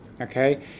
okay